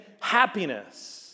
happiness